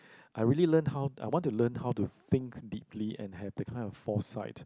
I really learn how I want to learn how to think deeply and have that type of foresight